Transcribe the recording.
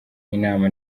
inama